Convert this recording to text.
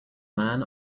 man